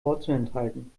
vorzuenthalten